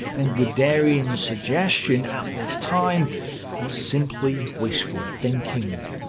and guderian's suggestion at this time was simply wishful thinking.